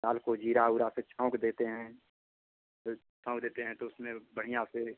दाल को ज़ीरा उरा से छौंक देते हैं फ़िर छौंक देते हैं तो उसमें बढ़िया से